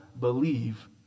believe